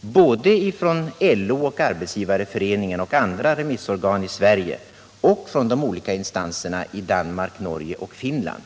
från både LO, Arbetsgivareföreningen och andra remissorgan i Sverige och från de olika instanserna i Danmark, Norge och Finland.